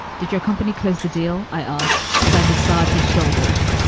did your company close the deal? i ask as i massage his shoulders.